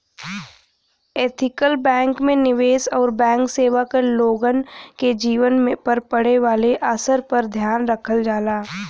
ethical bank में निवेश आउर बैंक सेवा क लोगन के जीवन पर पड़े वाले असर पर ध्यान रखल जाला